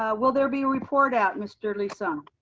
ah will there be a report out mr. lee-sung?